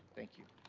thank you.